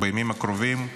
בימים הקרובים,